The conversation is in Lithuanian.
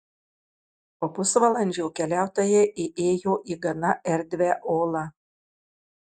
po pusvalandžio keliautojai įėjo į gana erdvią olą